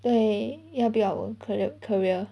对要 build up 我 career career